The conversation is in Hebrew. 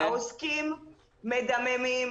העוסקים מדממים,